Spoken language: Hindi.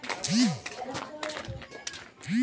मेरे बैंक अकाउंट से सीधे रुपए कैसे कटेंगे?